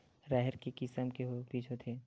राहेर के किसम के बीज होथे?